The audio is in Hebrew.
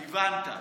הבנת.